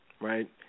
right